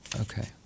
okay